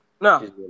No